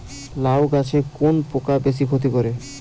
লাউ গাছে কোন পোকা বেশি ক্ষতি করে?